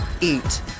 Eat